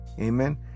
Amen